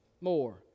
more